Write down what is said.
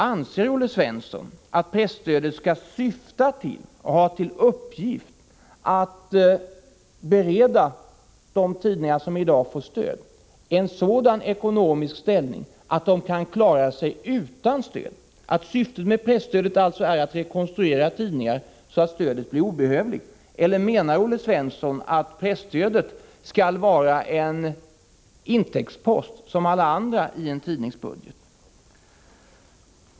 Anser Olle Svensson att presstödet skall syfta till och ha till uppgift att bereda de tidningar som i dag får stöd en sådan ekonomisk ställning att de kan klara sig utan stöd, att syftet med presstödet alltså är att rekonstruera tidningar, så att stödet blir obehövligt, eller menar Olle Svensson att presstödet skall vara en intäktspost som alla andra i en tidningsbudget?